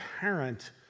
parent